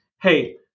hey